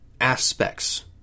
aspects